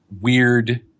weird